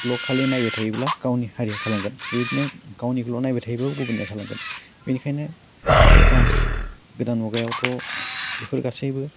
ल' खालि नायबाइ थायोब्ला गावनि हारिया थालांगोन बेबायदिनो गावनिखौल' नायबाय थायोब्ला गुबुननिया थालांगोन बेनिखायनो दा गोदान मुगायावथ' बेफोर गासैबो